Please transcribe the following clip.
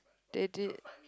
they did